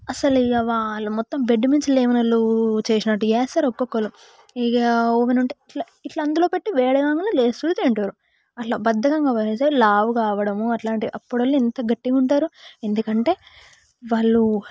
అసలు ఇంక వాళ్ళు మొత్తం బెడ్ మీదనుంచి లేవని వాళ్ళు చేసినట్టు చేస్తారు ఒక్కొక్కరు ఇగ ఒవేన్ ఉంటే ఇట్లా ఇట్లా అందులో పెట్టి వేడి కాగానే లేస్తురు తింటురు అట్లా బద్దకంగా పెరుగుతారు లావు కావడం అలాంటి అప్పుడు వాళ్ళు ఎంత గట్టిగా ఉంటారు ఎందుకంటే వాళ్ళు